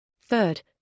Third